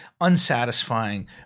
unsatisfying